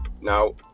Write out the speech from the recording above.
Now